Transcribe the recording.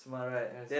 ya